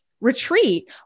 retreat